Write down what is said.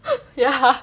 ya